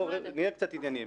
ולכן בואו נהיה ענייניים.